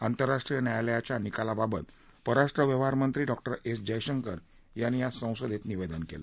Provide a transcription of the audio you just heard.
आंतरराष्ट्रीय न्यायालयाच्या निकालाबाबत परराष्ट्र व्यवहार मंत्री डॉक्टर एस जयशंकर यांनी आज संसदेत निवेदन केलं